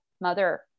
mother